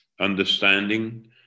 understanding